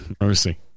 Mercy